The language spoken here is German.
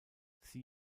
sie